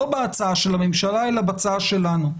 לא בהצעה של הממשלה, אלא בהצעה שלנו,